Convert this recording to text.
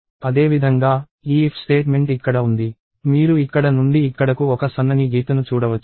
అదేవిధంగా ఈ if statement ఇక్కడ ఉంది మీరు ఇక్కడ నుండి ఇక్కడకు ఒక సన్నని గీతను చూడవచ్చు